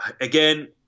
again